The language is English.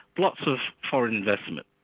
lots of foreign investment.